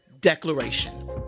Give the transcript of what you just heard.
Declaration